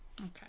Okay